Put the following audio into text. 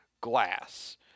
Glass